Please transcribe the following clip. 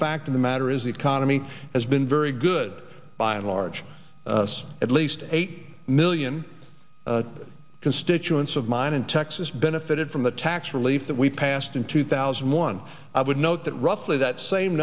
fact of the matter is the economy has been very good by and large us at least eight million constituents of mine in texas benefited from the tax relief that we passed in two thousand and one i would note that roughly that same